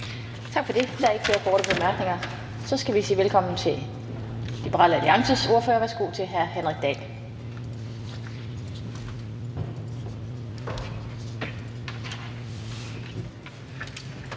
Tak for det. Der er ikke flere korte bemærkninger. Så skal vi sige velkommen til Liberal Alliances ordfører. Værsgo til hr. Henrik Dahl.